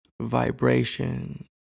vibration